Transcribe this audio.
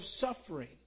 suffering